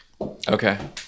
Okay